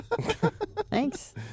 Thanks